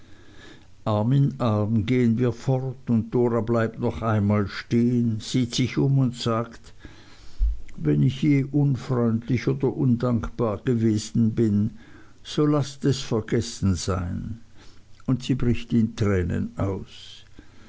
in arm gehen wir fort und dora bleibt noch einmal stehen sieht sich um und sagt wenn ich je unfreundlich oder undankbar gewesen bin so laßt es vergessen sein und sie bricht in tränen aus